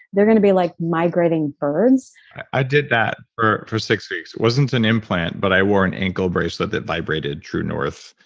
they're going to be like migrating birds i did that for six weeks. it wasn't an implant but i wore an ankle bracelet that vibrated true north.